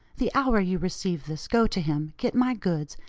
the hour you receive this go to him, get my goods,